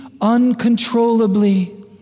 uncontrollably